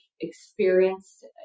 experienced